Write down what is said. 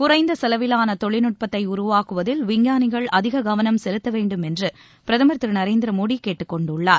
குறைந்த செலவிலான தொழில்நுட்பத்தை உருவாக்குவதில் விஞ்ஞானிகள் அதிக கவனம் செலுத்த வேண்டும் என்று பிரதமர் திரு நரேந்திர மோடி கேட்டுக் கொண்டுள்ளார்